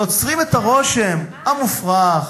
יוצרים את הרושם המופרך,